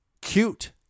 cute